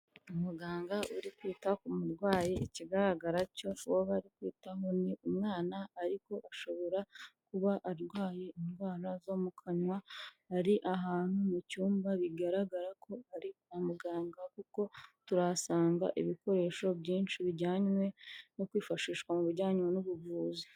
Umuganga uri kwita ku murwayi ikigaragara cyo uwo kwitaho ni umwana ariko ashobora kuba arwaye indwara zo mu kanwa, ari ahantu mu cyumba bigaragara ko ari kwa muganga kuko turahasanga ibikoresho byinshi bijyanywe no kwifashishwa mu bijyanye n'ubuvuzi.